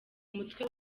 umutwe